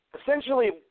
Essentially